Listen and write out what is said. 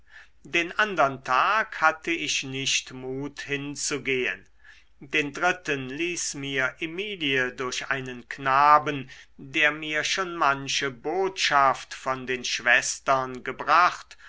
den andern tag hatte ich nicht mut hinzugehen den dritten ließ mir emilie durch einen knaben der mir schon manche botschaft von den schwestern gebracht